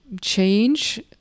change